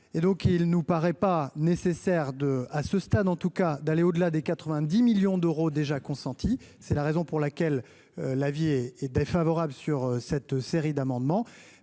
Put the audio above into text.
il nous paraît pas nécessaire de à ce stade, en tout cas, d'aller au-delà des 90 millions d'euros déjà consentis, c'est la raison pour laquelle la vie est est défavorable sur cette série d'amendements